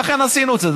לכן עשינו את זה.